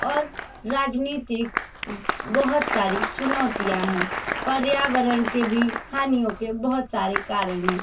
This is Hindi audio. और राजनीतिक बहुत सारी चुनौतियाँ हैं पर्यावरण के भी हानियों के बहुत सारे कारण हैं